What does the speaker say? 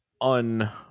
un